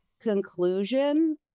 conclusion